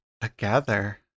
together